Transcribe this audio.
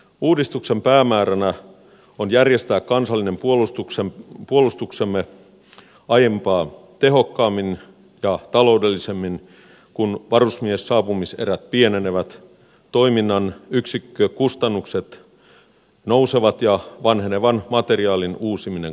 uudistuksen päämääränä on järjestää kansallinen puolustuksemme aiempaa tehokkaammin ja taloudellisemmin kun varusmiessaapumiserät pienenevät toiminnan yksikkökustannukset nousevat ja vanhenevan materiaalin uusiminen kallistuu